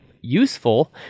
useful